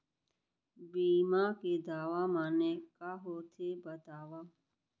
बीमा के दावा माने का होथे बतावव?